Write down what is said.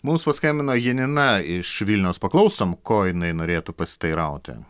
mums paskambino janina iš vilniaus paklausom ko jinai norėtų pasiteirauti